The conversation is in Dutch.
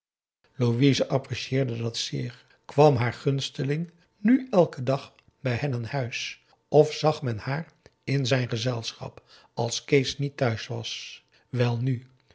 louise apprecieerde dat zeer kwam haar gunsteling nu elken dag bij hen aan huis of zag men haar in zijn gezelschap als kees niet thuis was welnu